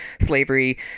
slavery